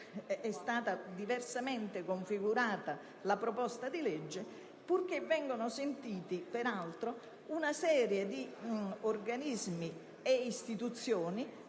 è stata diversamente configurata la proposta di legge), purché vengano sentiti una serie di organismi e istituzioni